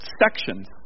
sections